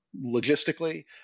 logistically